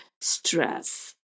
stress